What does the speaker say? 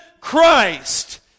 christ